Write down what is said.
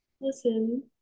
listen